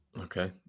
Okay